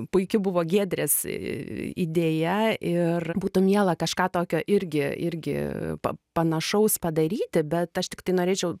puiki buvo giedrės idėja ir būtų miela kažką tokio irgi irgi panašaus padaryti bet aš tiktai norėčiau